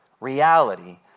reality